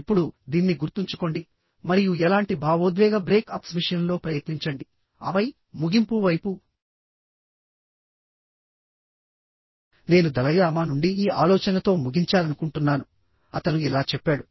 ఇప్పుడు దీన్ని గుర్తుంచుకోండి మరియు ఎలాంటి భావోద్వేగ బ్రేక్ అప్స్ విషయంలో ప్రయత్నించండి ఆపై ముగింపు వైపు నేను దలైలామా నుండి ఈ ఆలోచనతో ముగించాలనుకుంటున్నాను అతను ఇలా చెప్పాడు